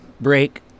break